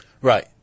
Right